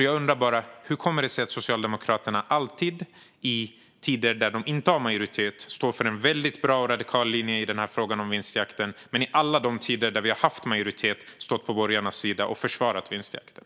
Jag undrar: Hur kommer det sig att Socialdemokraterna alltid i tider när de inte har majoritet står för en väldigt bra och radikal linje i fråga om vinstjakten men att de i alla de tider då vi har haft majoritet har försvarat vinstjakten?